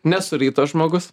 nesu ryto žmogus